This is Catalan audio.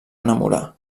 enamorar